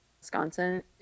Wisconsin